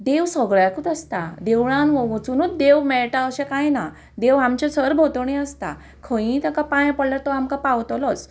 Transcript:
देव सगळ्याकूच आसता देवळान वचुनूच देव मेळटा अशें कांय ना देव आमचे सरभोंवतणी आसता खंयसरूय ताका पांयां पडल्यार तो आमकां पावतलोच